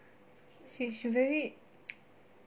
she she very